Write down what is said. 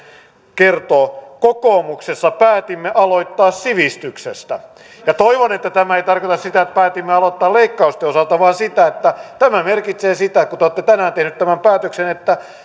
kertoo kokoomuksessa päätimme aloittaa sivistyksestä toivon että tämä ei tarkoita sitä että päätimme aloittaa leikkausten osalta vaan että tämä merkitsee sitä kun te olette tänään tehneet tämän päätöksen että